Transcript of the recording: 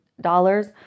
dollars